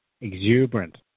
exuberant